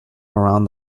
around